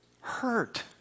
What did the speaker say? hurt